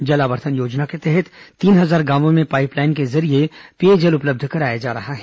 जल आवर्धन योजना के तहत तीन हजार गांवों में पाईप लाइन के जरिये पेयजल उपलब्ध कराया जा रहा है